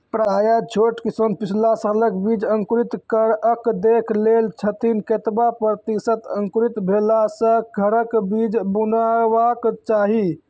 प्रायः छोट किसान पिछला सालक बीज अंकुरित कअक देख लै छथिन, केतबा प्रतिसत अंकुरित भेला सऽ घरक बीज बुनबाक चाही?